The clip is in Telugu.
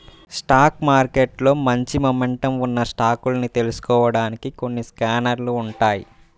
స్టాక్ మార్కెట్లో మంచి మొమెంటమ్ ఉన్న స్టాకుల్ని తెలుసుకోడానికి కొన్ని స్కానర్లు ఉంటాయ్